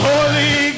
Holy